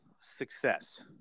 success